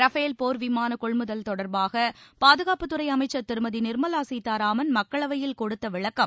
Rafale போர் விமான கொள்முதல் தொடர்பாக பாதுகாப்புத் துறை அமைச்சர் திருமதி நிர்மலா சீதாராமன் மக்களவையில் கொடுத்த விளக்கம்